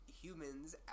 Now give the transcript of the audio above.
humans